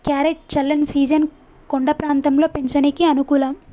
carrot చల్లని season కొండ ప్రాంతంలో పెంచనీకి అనుకూలం